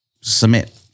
Submit